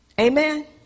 Amen